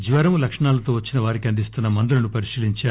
జ్వరం లక్షణాలతో వచ్చిన వారికి అందిస్తున్న మందులను పరిశీలించారు